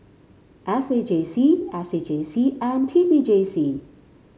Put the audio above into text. S A J C S A J C and T P J C